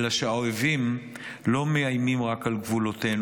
אלא שהאויבים לא מאיימים רק על גבולותינו,